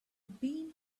been